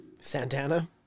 Santana